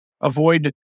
avoid